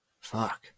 Fuck